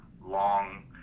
long